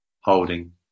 holding